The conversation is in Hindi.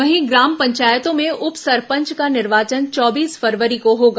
वहीं ग्राम पंचायतों में उप संरपच का निर्वाचन चौबीस फरवरी को होगा